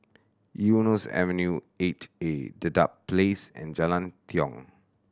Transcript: Eunos Avenue Eight A Dedap Place and Jalan Tiong